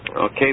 Okay